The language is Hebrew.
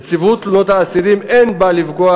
נציבות תלונות האסירים אין בה כדי לפגוע